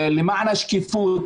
למען השקיפות